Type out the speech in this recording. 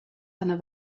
einer